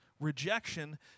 Rejection